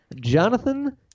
Jonathan